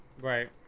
right